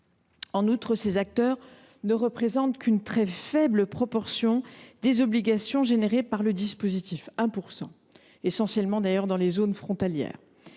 En outre, ces acteurs ne représentent qu’une très faible proportion – 1 %– des obligations générées par le dispositif, essentiellement, d’ailleurs, dans les zones frontalières.